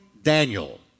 Daniel